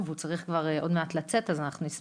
וגם עכשיו פרופ' נחמן אש